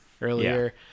earlier